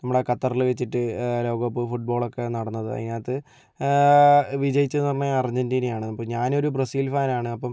നമ്മൾ ഖത്തറിൽ വച്ചിട്ട് ലോകകപ്പ് ഫുട്ബോളൊക്കെ നടന്നത് അതിനത്ത് വിജയിച്ചെന്നു പറഞ്ഞാൽ അർജന്റീനയാണ് ഇപ്പോൾ ഞാനൊരു ബ്രസീൽ ഫാനാണ് അപ്പോൾ